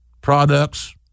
products